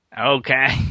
Okay